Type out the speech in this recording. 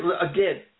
again